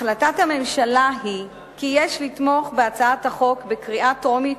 החלטת הממשלה היא כי יש לתמוך בהצעת החוק בקריאה טרומית,